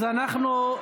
אז אנחנו,